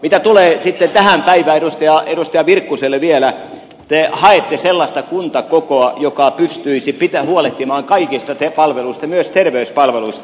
mitä tulee sitten tähän päivään edustaja virkkuselle vielä te haette sellaista kuntakokoa joka pystyisi huolehtimaan kaikista palveluista myös terveyspalveluista